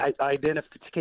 identification